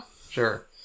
Sure